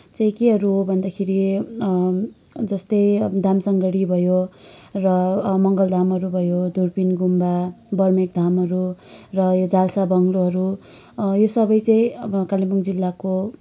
चाहिँ केहरू हो भन्दाखेरि जस्तै दामसङगढी भयो र मङ्गलधामहरू भयो दुर्पिन गुम्बा बर्मेक धामहरू र यो जालसा बङ्ग्लोहरू यो सबै चाहिँ अब कालिम्पोङ जिल्लाको